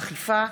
אכיפה)